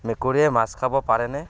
মেকুৰীয়ে মাছ খাব পাৰেনে